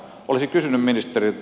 olisin kysynyt ministeriltä